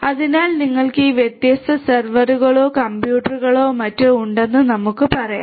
അതിനാൽ നിങ്ങൾക്ക് ഈ വ്യത്യസ്ത സെർവറുകളോ കമ്പ്യൂട്ടറുകളോ മറ്റോ ഉണ്ടെന്ന് നമുക്ക് പറയാം